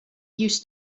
used